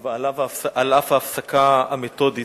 על אף ההפסקה המתודית.